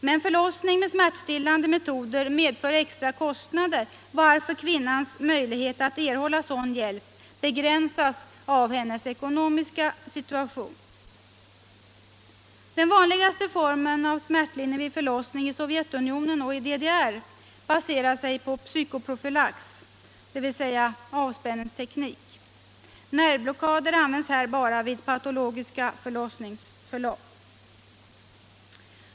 Men förlossning med smärtlindrande metoder medför extra kostnader, varför kvinnans möjligheter att erhålla sådan hjälp begränsas av hennes ekonomiska situation. Den vanligaste formen av smärtlindring vid förlossning i Sovjet och i DDR baserar sig på psykoprofylax, dvs. avspänningsteknik. Nervblockader används här bara vid patologiska förlossningsförlopp.